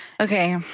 Okay